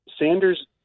Sanders